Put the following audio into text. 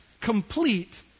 Complete